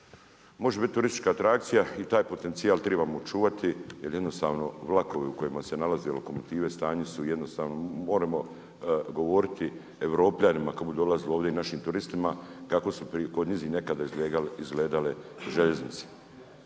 Može biti turistička atrakcija i taj potencijal trebamo čuvati, jer jednostavno vlakovi u kojima se nalaze lokomotive u stanju su jednostavno, moramo govoriti Europljanima kad budu dolazili ovdje i našim turistima, kako su kod njih nekada izgledale željeznice.